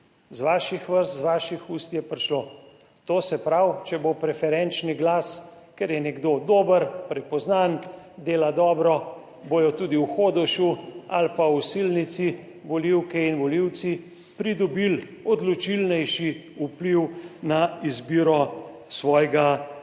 iz vaših vrst, iz vaših ust je prišlo. To se pravi, če bo preferenčni glas, ker je nekdo dober, prepoznan, dela dobro, bodo tudi v Hodošu ali pa v Osilnici volivke in volivci pridobili odločilnejši vpliv na izbiro svojega predstavnika.